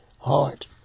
heart